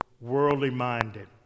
worldly-minded